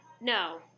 No